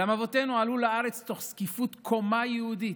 אולם אבותינו עלו לארץ תוך זקיפות קומה יהודית.